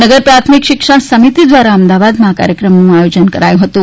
નગર પ્રાથમિક શિક્ષણ સમિતિ દ્વારા અમદવાદમાં આ કાર્યક્રમનું આયોજન કરાયું હતુ